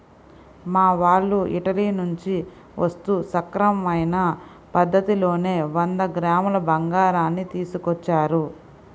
మా వాళ్ళు ఇటలీ నుంచి వస్తూ సక్రమమైన పద్ధతిలోనే వంద గ్రాముల బంగారాన్ని తీసుకొచ్చారు